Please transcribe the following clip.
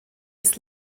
ist